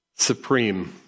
Supreme